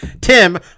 Tim